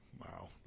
Wow